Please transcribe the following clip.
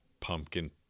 pumpkin